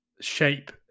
shape